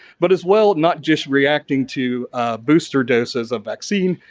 but, is well not just reacting to booster doses of vaccine,